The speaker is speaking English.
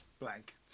Blank